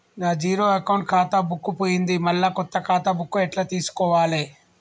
నా zero account ఖాతా book పోయింది మళ్ళా కొత్త ఖాతా బుక్కు ఎట్ల తీసుకోవాలే?